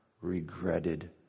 regretted